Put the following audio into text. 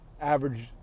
Average